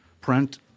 print